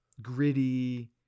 gritty